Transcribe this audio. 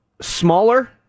smaller